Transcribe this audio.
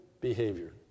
behavior